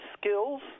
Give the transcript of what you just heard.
skills